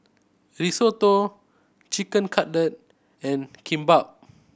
Risotto Chicken Cutlet and Kimbap